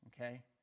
Okay